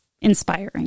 inspiring